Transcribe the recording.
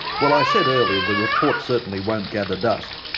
well i said earlier the report certainly won't gather dust.